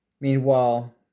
Meanwhile